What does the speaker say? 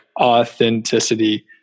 authenticity